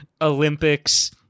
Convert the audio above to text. Olympics